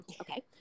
Okay